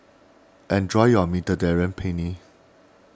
enjoy your Mediterranean Penne